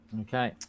Okay